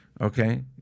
okay